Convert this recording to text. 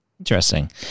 Interesting